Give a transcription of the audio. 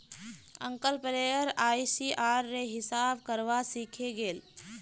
uncle player ICR रे हिसाब करवा सीखे गेल